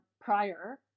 prior